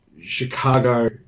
Chicago